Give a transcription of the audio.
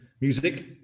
music